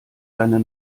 deine